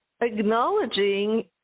acknowledging